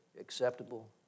acceptable